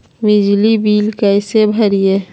बिजली बिल कैसे भरिए?